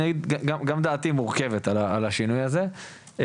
גם דעתי מורכבת על השינוי הזה,